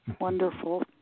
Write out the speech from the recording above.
Wonderful